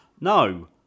No